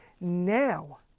now